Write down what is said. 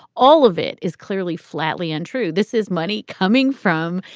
all of it is clearly, flatly untrue. this is money coming from,